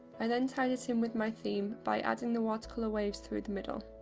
i then tied it in with my theme by adding the watercolour waves through the middle.